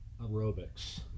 Aerobics